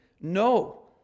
No